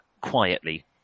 quietly